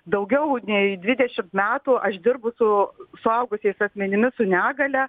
daugiau nei dvidešimt metų aš dirbu su suaugusiais asmenimis su negalia